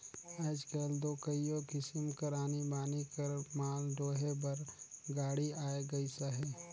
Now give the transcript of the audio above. आएज काएल दो कइयो किसिम कर आनी बानी कर माल डोहे बर गाड़ी आए गइस अहे